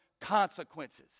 consequences